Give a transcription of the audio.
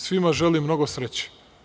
Svima želim mnogo sreće.